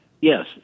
Yes